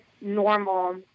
normal